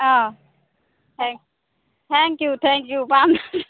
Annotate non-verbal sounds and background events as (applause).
অঁ (unintelligible) thank you thank you পাম